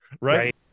right